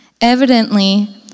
Evidently